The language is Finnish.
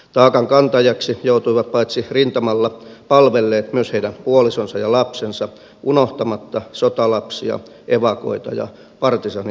taakan kantajiksi joutuivat paitsi rintamalla palvelleet myös heidän puolisonsa ja lapsensa unohtamatta sotalapsia evakoita ja partisaani iskun uhreja